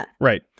Right